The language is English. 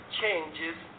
changes